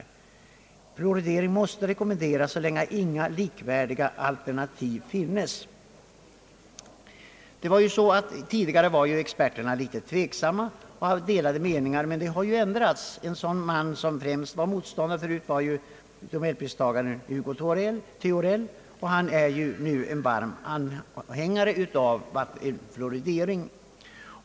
Fluoridering måste rekommenderas så länge inga likvärdiga alternativ finnes.» Tidigare var vissa experter litet tveksamma beträffande fluorideringen, och det rådde delade meningar på denna punkt, men man har ändrat uppfattning. Den som tidigare främst var motståndare till fluoridering var nobelpristagaren professor Hugo Theorell. Han är nu anhängare av fluoridering.